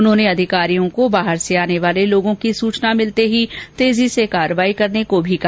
उन्होंने अधिकारियों को बाहर से आने वाले लोगों की सूचना मिलते ही त्वरित कार्यवाही करने को भी कहा